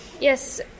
Yes